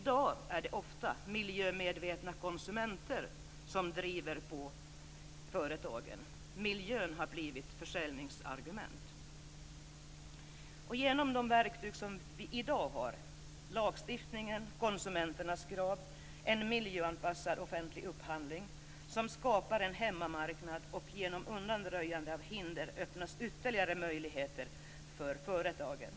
I dag är det ofta miljömedvetna konsumenter som driver på företagen. Miljön har blivit ett försäljningsargument. Genom de verktyg som vi har i dag, genom lagstiftningens och konsumenternas krav, genom en miljöanpassad offentlig upphandling som skapar en hemmamarknad och genom undanröjande av hinder, öppnas ytterligare möjligheter för företagen.